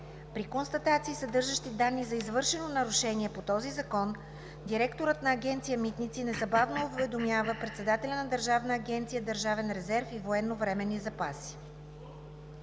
При констатации, съдържащи данни за извършено нарушение по този закон, директорът на Агенция „Митници“ незабавно уведомява председателя на Държавна агенция „Държавен резерв и военновременни запаси“.